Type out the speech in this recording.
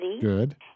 Good